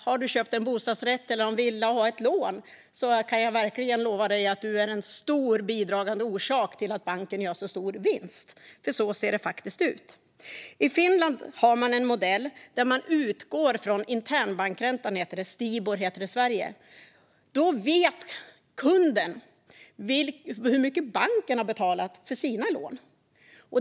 Har du köpt en bostadsrätt eller en villa och har ett lån kan jag verkligen lova dig att du är en stor bidragande orsak till att banken gör så stor vinst, för så ser det faktiskt ut. I Finland har man en modell där man utgår från internbankräntan, det som i Sverige heter Stibor. Då vet kunden hur mycket banken har betalat för sina lån.